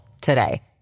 today